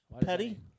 Petty